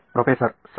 professor ಸರಿ